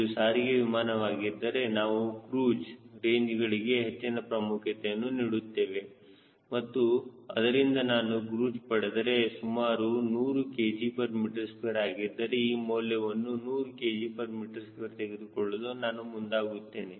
ಇದು ಸಾರಿಗೆ ವಿಮಾನವಾಗಿದ್ದರೆ ನಾವು ಕ್ರೂಜ್ ರೇಂಜ್ ಗಳಿಗೆ ಹೆಚ್ಚಿನ ಪ್ರಾಮುಖ್ಯತೆ ನೀಡುತ್ತೇವೆ ಮತ್ತು ಅದರಿಂದ ನಾನು ಕ್ರೂಜ್ ಪಡೆದರೆ ಸುಮಾರು 100 kgm2 ಆಗಿದ್ದರೆ ಈ ಮೌಲ್ಯವನ್ನು 100 kgm2 ತೆಗೆದುಕೊಳ್ಳಲು ನಾನು ಮುಂದಾಗುತ್ತೇನೆ